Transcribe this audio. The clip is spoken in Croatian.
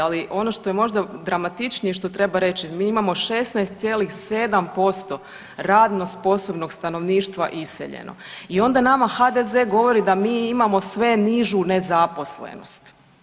Ali ono što je možda dramatičnije i što treba reći, mi imamo 16,7% radno sposobnog stanovništva iseljeno i onda nama HDZ govori da mi imamo sve nižu nezaposlenost.